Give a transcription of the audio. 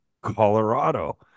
Colorado